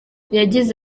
yagize